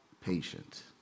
patient